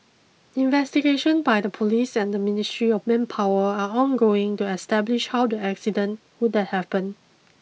investigation by the police and the Ministry of Manpower are ongoing to establish how the accident would have happened